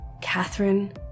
Catherine